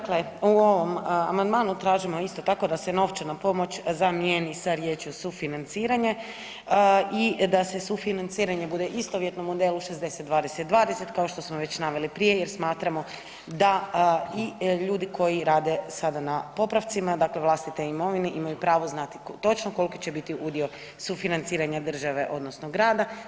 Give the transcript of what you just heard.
Dakle, u ovom amandmanu tražimo isto tako da se novčana pomoć zamijeni sa riječju „sufinanciranje“ i da se sufinanciranje bude istovjetno modelu 60:20:20 kao što smo već naveli prije jer smatramo da i ljudi koji rade sada na popravcima, dakle vlastitoj imovini, imaju pravo znati točno koliki će biti udio sufinanciranje države odnosno grada.